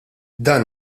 dan